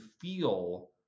feel